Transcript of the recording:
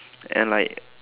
and like